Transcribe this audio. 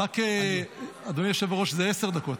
רק, אדוני יושב-הראש, זה עשר דקות.